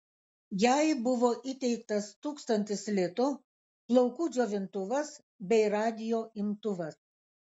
jai buvo įteiktas tūkstantis litų plaukų džiovintuvas bei radijo imtuvas